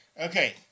Okay